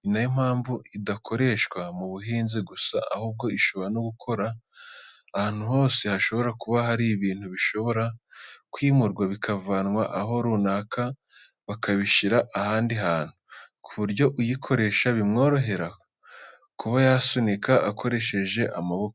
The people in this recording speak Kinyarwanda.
ni nayo mpamvu idakoreshwa mu buhinzi gusa ahubwo ishobora no gukora ahantu hose hashobora kuba hari ibintu bishobora kwimurwa bikavanwa ahantu runaka bakabishyira ahandi hantu, ku buryo uyikoresha bimworohera kuba yasunika akoresheje amaboko ye.